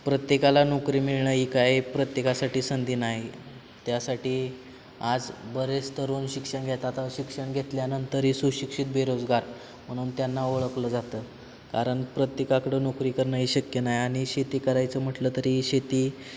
प्रत्येकाला नोकरी मिळणं ही काय प्रत्येकासाठी संधी नाही त्यासाठी आज बरेच तरुण शिक्षण घेतात शिक्षण घेतल्यानंतरही सुशिक्षित बेरोजगार म्हणून त्यांना ओळखलं जातं कारण प्रत्येकाकडं नोकरी करणंही शक्य नाहीआणि शेती करायचं म्हटलं तरी शेती